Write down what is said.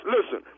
Listen